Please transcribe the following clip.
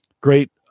Great